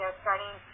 starting